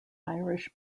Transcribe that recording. irish